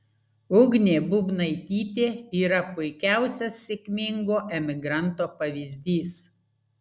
ugnė bubnaitytė yra puikiausias sėkmingo emigranto pavyzdys